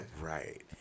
right